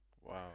wow